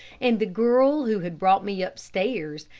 and the girl who had brought me upstairs,